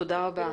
תודה רבה.